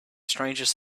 strangeness